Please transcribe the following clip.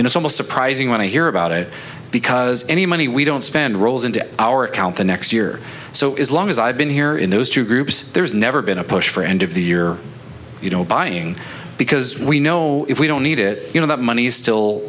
and it's almost surprising when i hear about it because any money we don't spend rolls into our account the next year or so is long as i've been here in those two groups there's never been a push for end of the year you know buying because we know if we don't need it you know that money is still